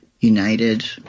United